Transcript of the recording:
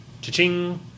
Cha-ching